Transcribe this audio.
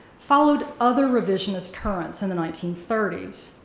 followed other revisionist currents in the nineteen thirty s.